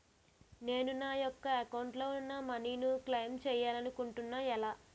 నేను నా యెక్క అకౌంట్ లో ఉన్న మనీ ను క్లైమ్ చేయాలనుకుంటున్నా ఎలా?